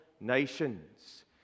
nations